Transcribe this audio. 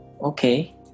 okay